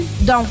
dont